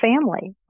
family